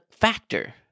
factor